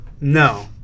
no